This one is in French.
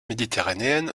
méditerranéenne